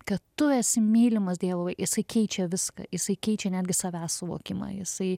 kad tu esi mylimas dievo jisai keičia viską jisai keičia netgi savęs suvokimą jisai